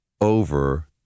over